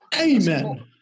Amen